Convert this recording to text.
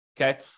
okay